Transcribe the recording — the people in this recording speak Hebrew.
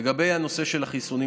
לגבי הנושא של החיסונים,